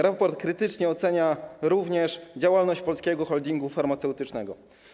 Raport krytycznie ocenia również działalność Polskiego Holdingu Farmaceutycznego.